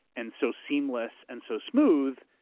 and so seamless and so smooth,